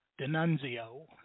Denunzio